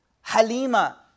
Halima